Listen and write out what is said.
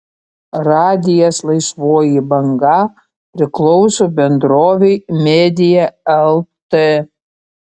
radijas laisvoji banga priklauso bendrovei media lt